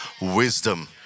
wisdom